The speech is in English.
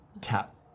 Tap